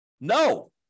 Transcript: No